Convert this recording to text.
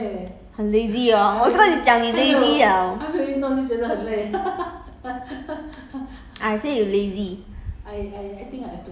我也是很久没有运动 liao 很 lazy hor 我就跟你讲你 lazy liao